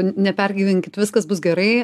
nepergyvenkit viskas bus gerai